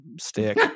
stick